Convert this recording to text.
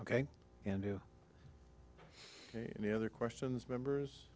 ok and do any other questions members